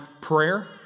prayer